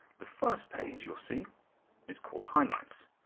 the first page you will see is called highlights.